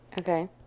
Okay